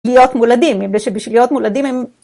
להיות מולדים, למה שבשביל להיות מולדים הם